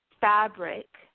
fabric